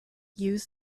use